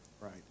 right